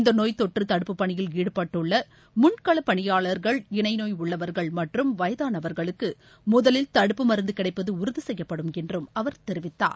இந்த நோய் தொற்று தடுப்பு பணியில் ஈடுபட்டுள்ள முன்கள பணியாளர்கள் இணைநோய் உள்ளவர்கள் மற்றும் வயதானவர்களுக்கு முதலில் தடுப்பு மருந்து கிடைப்பது உறுதி செய்யப்படும் என்றும் அவர் தெரிவித்தார்